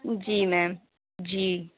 جی میم جی